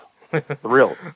Thrilled